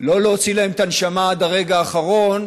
לא להוציא להם את הנשמה עד הרגע האחרון,